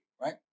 right